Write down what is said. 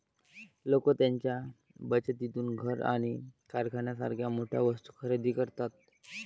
लोक त्यांच्या बचतीतून घर आणि कारसारख्या मोठ्या वस्तू खरेदी करतात